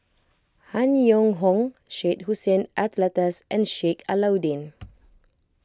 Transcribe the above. Han Yong Hong Syed Hussein Alatas and Sheik Alau'ddin